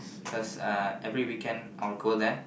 cause uh every weekend I'll go there